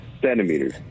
Centimeters